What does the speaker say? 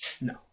No